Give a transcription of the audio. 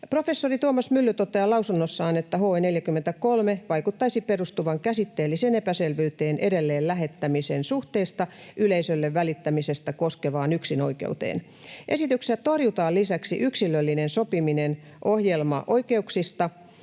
”Professori Tuomas Mylly toteaa lausunnossaan, että HE 43 vaikuttaisi perustuvan käsitteelliseen epäselvyyteen edelleenlähettämisen suhteesta yleisölle välittämistä koskevaan yksinoikeuteen. Esityksessä torjutaan lisäksi yksilöllinen sopiminen ohjelmaoikeuksista,